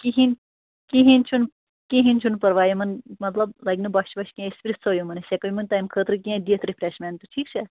کِہیٖنۍ کِہیٖنۍ چھُنہٕ کِہیٖنۍ چھُ پَرواے یِمَن مطلب لگہِ نہٕ بۄچھِ وَچھِ کیٚنٛہہ أسۍ پرٕٛژھو یِمن أسۍ ہٮ۪کو تَمہِ خٲطرٕ کیٚنٛہہ دِتھ رِفرٮ۪شمٮ۪نٛٹہٕ ٹھیٖک چھَا